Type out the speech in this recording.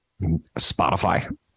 Spotify